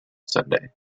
sunday